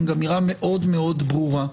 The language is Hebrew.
דעתי שלפני בחירות,